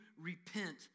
repent